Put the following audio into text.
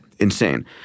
insane